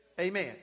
Amen